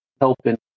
helping